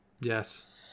Yes